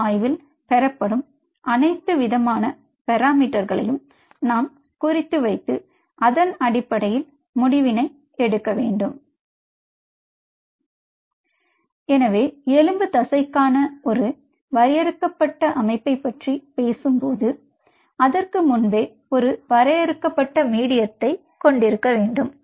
இந்த ஆய்வில் பெறப்படும்அனைத்து விதமான பாராமீட்டர்களையும் நாம் குறித்து வைத்து அதன் அடிப்படையில் முடிவினை எடுக்க வேண்டும் எனவே எலும்புத் தசைக்கான ஒரு வரையறுக்கப்பட்ட அமைப்பைப் பற்றிப் பேசும்போது அதற்கு முன்பே ஒரு வரையறுக்கப்பட்ட மீடியத்தை ஒருவர் கொண்டிருக்க வேண்டும்